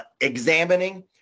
examining